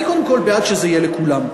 אני קודם בעד שזה יהיה לכולם,